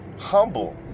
humble